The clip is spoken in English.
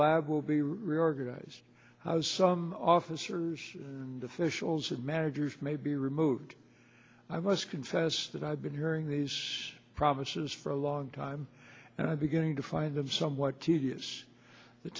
lab will be reorganized how some officers and officials and managers may be removed i must confess that i've been hearing these promises for a long time and i'm beginning to find them somewhat tedious the